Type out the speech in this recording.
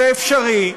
זה אפשרי.